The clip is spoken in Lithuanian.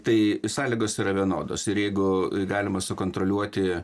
tai sąlygos yra vienodos ir jeigu galima sukontroliuoti